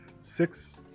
six